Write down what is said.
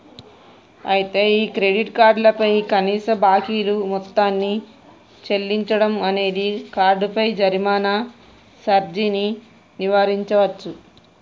అయితే ఈ credit card పై కనీస బాకీలు మొత్తాన్ని చెల్లించడం అనేది కార్డుపై జరిమానా సార్జీని నివారించవచ్చు